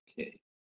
Okay